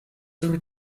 sur